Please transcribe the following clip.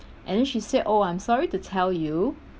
and then she said oh I'm sorry to tell you